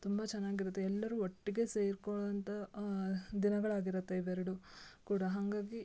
ತುಂಬ ಚೆನ್ನಾಗ್ ಇರುತ್ತೆ ಎಲ್ಲರೂ ಒಟ್ಟಿಗೆ ಸೇರ್ಕೊಳ್ಳೊವಂಥ ದಿನಗಳು ಆಗಿರುತ್ತೆ ಇವು ಎರಡೂ ಕೂಡ ಹಂಗಾಗಿ